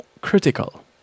critical